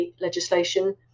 legislation